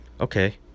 okay